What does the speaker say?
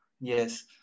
Yes